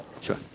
Sure